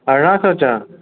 अरिड़हं सौ चवां